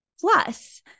Plus